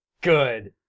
Good